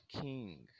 King